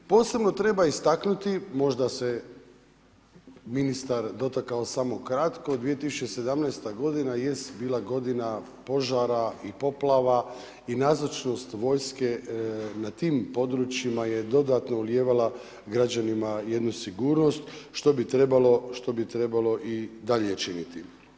Posebno treba istaknuti, možda se ministar dotakao samo kratko, 2017. godina jest bila godina požara i poplava i nazočnost vojske na tim područjima je dodatno ulijevala građanima jednu sigurnost što bi trebalo i dalje činiti.